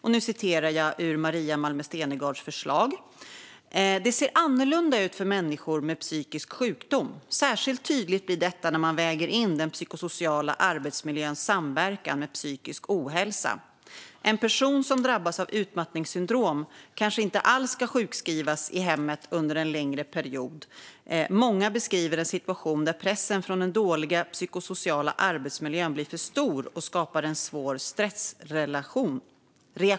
Jag citerar ur Maria Malmer Stenergards förslag: "Det ser . annorlunda ut för psykisk sjukdom. Särskilt tydligt blir detta när man väger in den psykosociala arbetsmiljöns samverkan med psykisk ohälsa. En person som drabbats av utmattningssyndrom kanske inte alls ska sjukskrivas i hemmet under en längre period . Många beskriver en situation där pressen från den dåliga psykosociala arbetsmiljön blir för stor och skapar en svår stressreaktion.